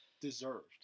deserved